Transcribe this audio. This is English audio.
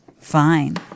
Fine